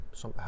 som